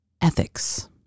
ethics